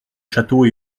château